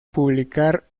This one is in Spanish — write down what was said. publicar